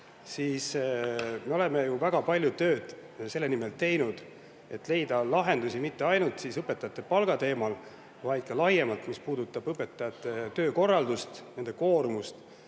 oleme teinud ju väga palju tööd selle nimel, et leida lahendusi mitte ainult õpetajate palga teemal, vaid ka laiemalt, mis puudutab õpetajate töökorraldust, nende koormust